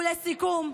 ולסיכום,